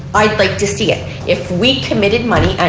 i would like to see it. if we committed money